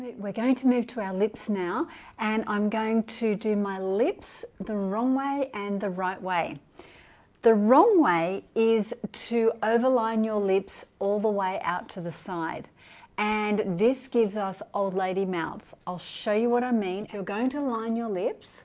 going to move to our lips now and i'm going to do my lips the wrong way and the right way the wrong way is to over line your lips all the way out to the side and this gives us old lady mouths i'll show you what i mean you're going to line your lips